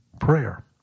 prayer